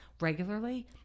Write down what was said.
regularly